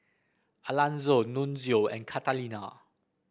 Alanzo Nunzio and Catalina